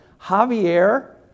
javier